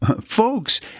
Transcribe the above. Folks